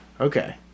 Okay